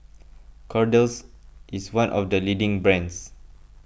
Kordel's is one of the leading brands